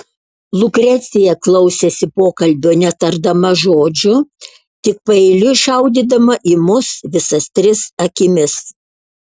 lukrecija klausėsi pokalbio netardama žodžio tik paeiliui šaudydama į mus visas tris akimis